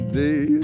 day